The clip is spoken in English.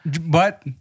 but-